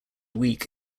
week